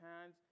hands